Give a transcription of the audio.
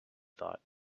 thought